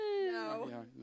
No